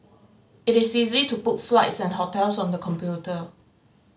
it is easy to book flights and hotels on the computer